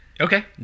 Okay